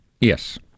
Yes